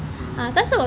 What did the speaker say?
mm